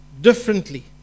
differently